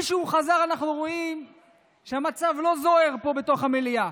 משהוא חזר אנחנו רואים שהמצב לא זוהר פה בתוך המליאה.